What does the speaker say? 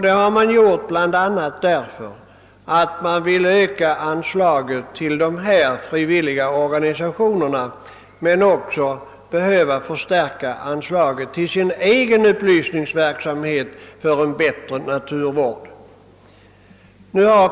Denna ökning har man begärt för att kunna höja anslaget till de frivilliga organisationerna och även för att förstärka sin egen upplysningsverksamhet för en bättre naturvård.